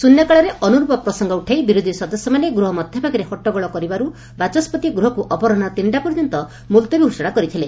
ଶୃନ୍ୟକାଳରେ ଅନୁରୂପ ପ୍ରସଙ୍ଙ ଉଠାଇ ବିରୋଧି ସଦସ୍ୟମାନେ ଗୃହ ମଧଭାଗରେ ହଟ୍ଟଗୋଳ କରିବାରୁ ବାଚସ୍ୱତି ଗୃହକୁ ଅପରାହ୍ନ ତିନିଟା ପର୍ଯ୍ୟନ୍ତ ମୁଲତବି ଘୋଷଣା କରିଥିଲେ